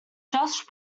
josh